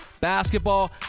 basketball